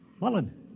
Mullen